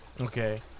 Okay